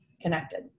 connected